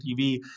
TV